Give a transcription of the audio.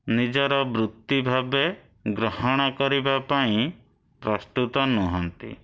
ନିଜର ବୃତ୍ତି ଭାବେ ଗ୍ରହଣ କରିବା ପାଇଁ ପ୍ରସ୍ତୁତ ନୁହଁନ୍ତି